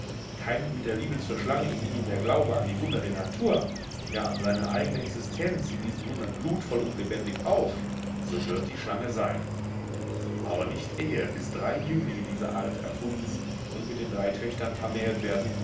keimt mit der liebe zur schlange in ihm der glaube an die wunder der natur ja an seine eigne existenz in diesen wundern glutvoll und lebendig auf so wird die schlange sein aber nicht eher bis drei jünglinge dieser art erfunden und mit den drei töchtern vermählt werden